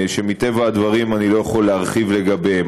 שמטבע הדברים אני לא יכול להרחיב לגביהם.